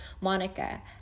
monica